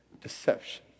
deception